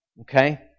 Okay